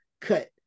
cut